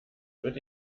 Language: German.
wird